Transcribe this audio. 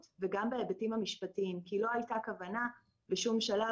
וגם היבטים משפטיים כי לא הייתה כוונה בשום שלב,